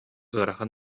ыарахан